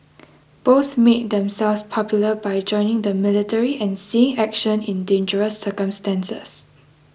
both made themselves popular by joining the military and seeing action in dangerous circumstances